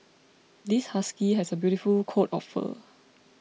this husky has a beautiful coat of fur